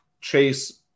Chase